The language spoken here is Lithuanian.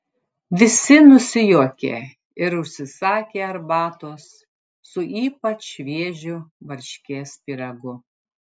visi nusijuokė ir užsisakė arbatos su ypač šviežiu varškės pyragu